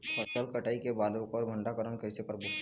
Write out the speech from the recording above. फसल कटाई के बाद ओकर भंडारण कइसे करबो?